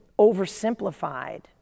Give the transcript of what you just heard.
oversimplified